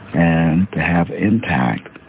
and to have impact